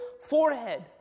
forehead